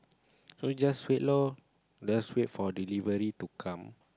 so just wait lor just wait for delivery to come